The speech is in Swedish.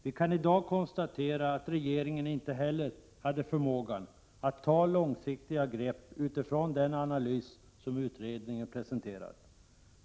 Vi kan i dag konstatera att regeringen inte heller hade förmågan att ta långsiktiga grepp utifrån den analys som utredningen presenterade.